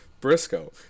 Briscoe